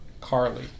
Carly